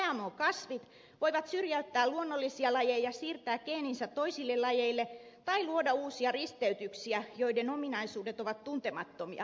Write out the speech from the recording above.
gmo kasvit voivat syrjäyttää luonnollisia lajeja siirtää geeninsä toisille lajeille tai luoda uusia risteytyksiä joiden ominaisuudet ovat tuntemattomia